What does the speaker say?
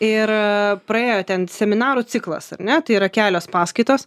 ir praėjo ten seminarų ciklas ar ne tai yra kelios paskaitos